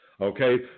Okay